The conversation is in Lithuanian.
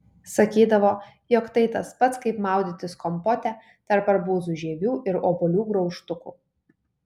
sakydavo jog tai tas pats kaip maudytis kompote tarp arbūzų žievių ir obuolių graužtukų